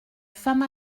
femme